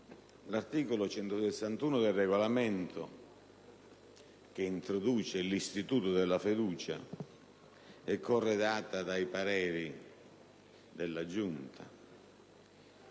l'articolo 161 del Regolamento, che introduce l'istituto della fiducia, è corredato dai pareri della Giunta